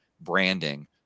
branding